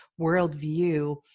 worldview